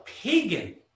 pagan